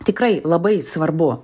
tikrai labai svarbu